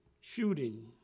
shooting